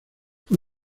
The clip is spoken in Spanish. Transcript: fue